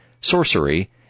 sorcery